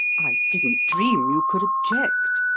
i didn't dream you could object.